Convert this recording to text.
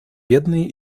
бедные